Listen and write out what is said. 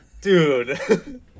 dude